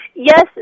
Yes